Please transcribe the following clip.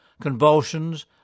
convulsions